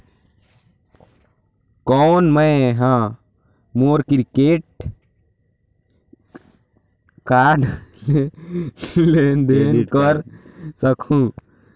कौन मैं ह मोर क्रेडिट कारड ले लेनदेन कर सकहुं?